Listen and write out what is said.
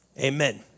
Amen